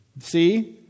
See